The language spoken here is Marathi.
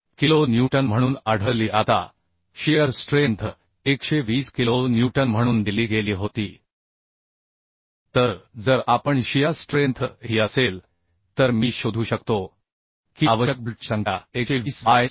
06 किलो न्यूटन म्हणून आढळली आता शीअर स्ट्रेंथ 120 किलो न्यूटन म्हणून दिली गेली होती तर जर आपण शियर स्ट्रेंथ ही असेल तर मी शोधू शकतो की आवश्यक बोल्टची संख्या 120 बाय 66